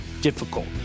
difficult